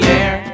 air